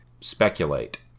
speculate